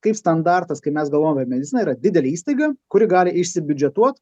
kaip standartas kai mes galvojam kad medicina yra didelė įstaiga kuri gali išsibiudžetuot